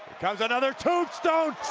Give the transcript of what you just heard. comes another tombstone.